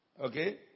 Okay